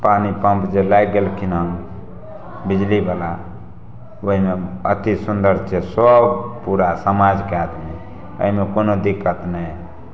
पानि पम्प जे लाइग गेलखिन हँ बिजली बला ओहिमे अति सुन्दर सब पुरा समाजके आदमी ओहिमे कोनो दिक्कत नहि है